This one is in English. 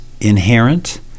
inherent